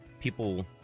people